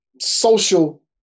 social